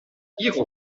hijo